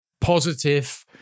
positive